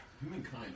humankind